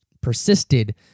persisted